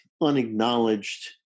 unacknowledged